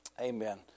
Amen